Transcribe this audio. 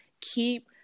keep